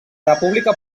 república